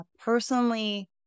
personally